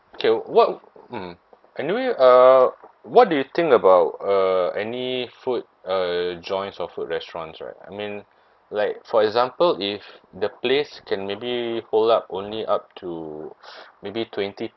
okay what mmhmm can we uh what do you think about uh any food uh joints or food restaurants right I mean like for example if the place can maybe hold up only up to maybe twenty